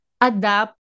adapt